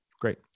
Great